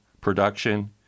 production